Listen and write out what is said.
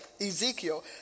Ezekiel